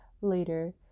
later